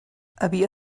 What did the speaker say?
havia